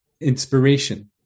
inspiration